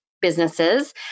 businesses